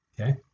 Okay